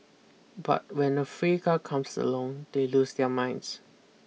but when a free car comes along they lose their minds